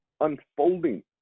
unfolding